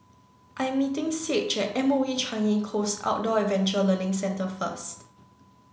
I'm meeting Saige at M O E Changi Coast Outdoor Adventure Learning Centre first